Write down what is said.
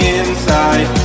inside